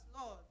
Lord